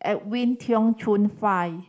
Edwin Tong Chun Fai